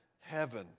heaven